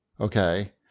Okay